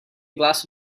glass